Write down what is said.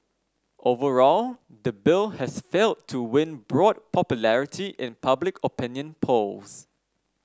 overall the bill has failed to win broad popularity in public opinion polls